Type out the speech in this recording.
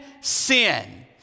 sin